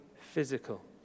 physical